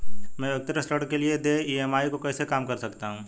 मैं व्यक्तिगत ऋण के लिए देय ई.एम.आई को कैसे कम कर सकता हूँ?